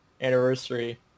anniversary